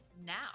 now